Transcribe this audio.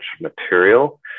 material